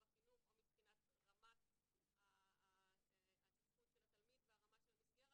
החינוך או מבחינת רמת התפקוד של התלמיד והרמה של המסגרת.